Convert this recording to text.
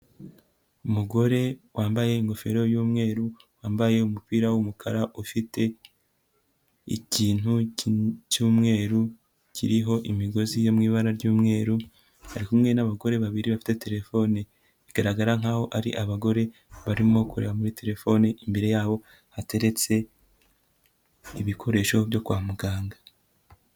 Umugore wambaye ingofero y'umweru, wambaye umupira w'umukara, ufite ikintu cy'umweru kiriho imigozi yo mu ibara ry'umweru, ari kumwe n'abagore babiri bafite terefone bigaragara nkaho ari abagore barimo kureba muri terefone, imbere y'aho hateretse ibikoresho byo kwa muganga.